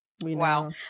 Wow